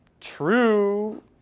true